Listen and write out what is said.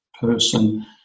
person